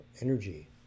energy